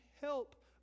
help